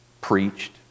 preached